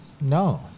No